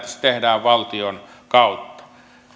se tehdään valtion kautta